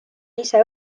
ise